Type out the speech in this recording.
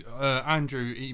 Andrew